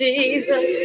Jesus